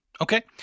Okay